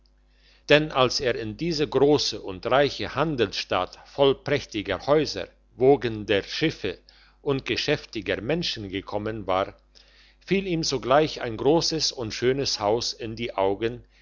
denn als er in diese grosse und reiche handelsstadt voll prächtiger häuser wogender schiffe und geschäftiger menschen gekommen war fiel ihm sogleich ein grosses und schönes haus in die augen